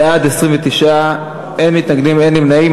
בעד, 29, אין מתנגדים, אין נמנעים.